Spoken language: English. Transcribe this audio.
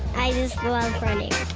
i just love running.